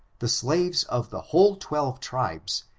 the slaves of the whole twelve tribes,